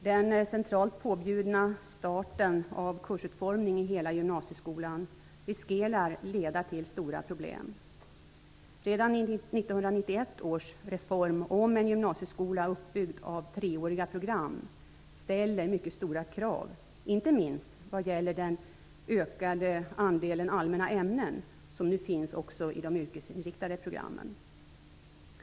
Den centralt påbjudna starten av kursutformning i hela gymnasieskolan riskerar att leda till stora problem. Redan 1991 års reform, med en gymnasieskola uppbyggd på treåriga program, ställer mycket stora krav, inte minst vad gäller den ökade andelen allmänna ämnen som nu finns också i de yrkesinriktade programmen.